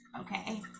okay